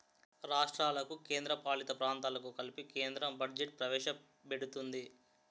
రాష్ట్రాలకు కేంద్రపాలిత ప్రాంతాలకు కలిపి కేంద్రం బడ్జెట్ ప్రవేశపెడుతుంది